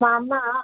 मम